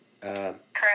Correct